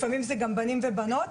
לפעמים גם בנים ובנות,